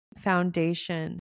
foundation